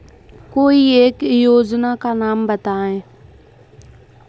कोई एक योजना का नाम बताएँ?